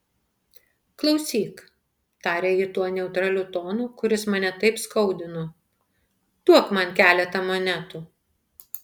klausyk tarė ji tuo neutraliu tonu kuris mane taip skaudino duok man keletą monetų